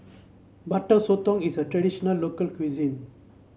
Butter Sotong is a traditional local cuisine